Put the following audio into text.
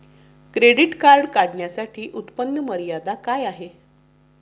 Credit card काढण्यासाठी उत्पन्न मर्यादा काय आहे?